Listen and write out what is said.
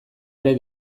ere